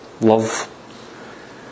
love